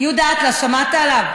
יהודה אטלס, שמעת עליו?